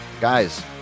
Guys